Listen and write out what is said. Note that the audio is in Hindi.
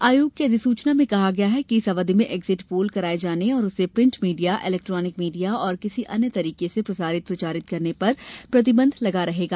आयोग की अधिसूचना में कहा गया है कि इस अवधि में एग्जिट पोल कराए जाने और उसे प्रिंट मीडिया इलेक्ट्रॉनिक मीडिया और किसी अन्य तरीके से प्रसारित प्रचारित करने पर प्रतिबंध लगा रहेगा